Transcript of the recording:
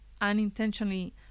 unintentionally